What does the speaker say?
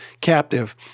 captive